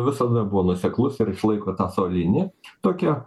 visada buvo nuoseklus ir išlaiko tą savo liniją tokią